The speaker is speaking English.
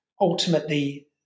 ultimately